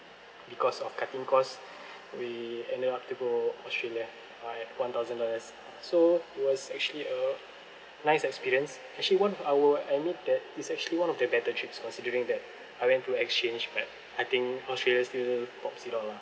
because of cutting cost we ended up to go australia uh at one thousand dollars so it was actually a nice experience actually one of I will admit that it's actually one of the better trips considering that I went to exchange but I think australia still tops it all lah